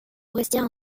forestière